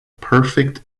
perfect